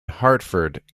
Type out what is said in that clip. hartford